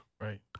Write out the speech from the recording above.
Right